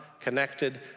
connected